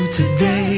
today